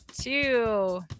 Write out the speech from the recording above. Two